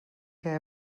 què